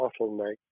bottleneck